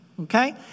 Okay